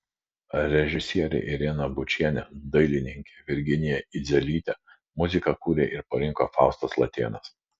režisierė irena bučienė dailininkė virginija idzelytė muziką kūrė ir parinko faustas latėnas